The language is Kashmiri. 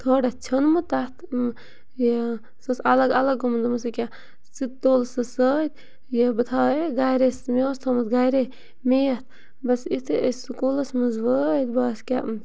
تھوڑا ژھیوٚنمُت تَتھ یہِ سُہ اوس اَلَگ اَلگ گوٚمُت دوٚپمَس ییٚکیاہ ژٕ تُل سُہ سۭتۍ یہِ بہٕ تھایے گَرے مےٚ اوس تھوٚمُت گَرے میتھ بَس یُتھُے أسۍ سکوٗلَس منٛز وٲتۍ بَس کیٛاہ